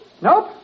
Nope